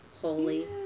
holy